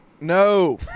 No